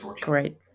great